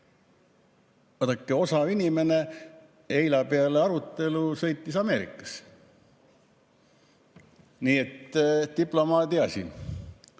... Osav inimene. Eile peale arutelu sõitis ta Ameerikasse, nii et diplomaadi asi.